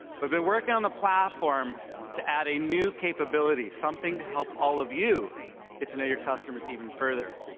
but been working on the platform to add a new capability, something to help all of you get to know your customers even further.